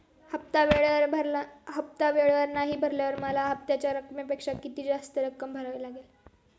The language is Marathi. हफ्ता वेळेवर नाही भरल्यावर मला हप्त्याच्या रकमेपेक्षा किती जास्त रक्कम भरावी लागेल?